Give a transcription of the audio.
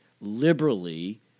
liberally